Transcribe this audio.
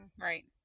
Right